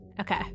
Okay